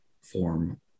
form